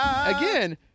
Again